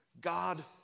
God